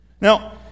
Now